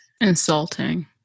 Insulting